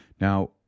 Now